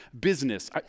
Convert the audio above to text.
business